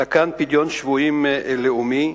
אלא כאן פדיון שבויים לאומי.